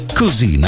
così